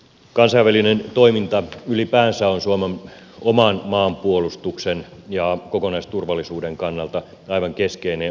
kansainvälinen toiminta ylipäänsä on suomen oman maanpuolustuksen ja kokonaisturvallisuuden kannalta aivan keskeinen osa